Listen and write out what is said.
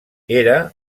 era